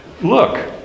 Look